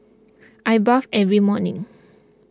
I bathe every morning